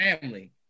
family